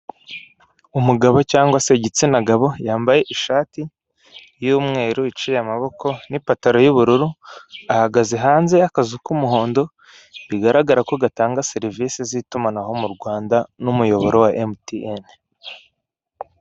Umugabo cyangwa se igitsina gabo yambaye ishati y'umweru iciye amaboko n'ipantaro y'ubururu, ahagaze hanze y'akazu k'umuhondo bigaragara ko gatanga serivisi z'itumanaho mu Rwanda n'umuyoboro wa emutiyene.